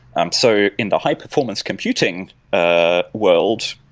um so in the high performance computing ah world,